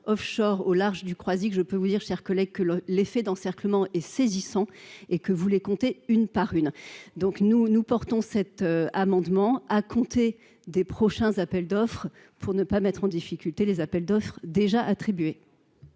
Offshore au large du Croisic, je peux vous dire chers collègues, que le l'effet d'encerclement est saisissant et que vous les compter une par une, donc nous nous portons cet amendement à compter des prochains appels d'offres pour ne pas mettre en difficulté les appels d'offres déjà attribués.